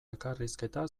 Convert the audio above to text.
elkarrizketa